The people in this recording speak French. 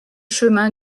chemin